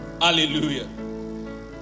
Hallelujah